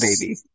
baby